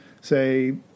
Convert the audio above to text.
say